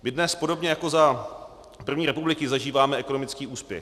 My dnes podobně jako za první republiky zažíváme ekonomický úspěch.